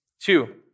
Two